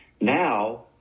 Now